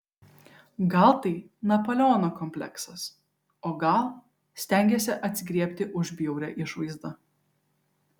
gal tai napoleono kompleksas o gal stengiasi atsigriebti už bjaurią išvaizdą